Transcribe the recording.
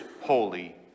holy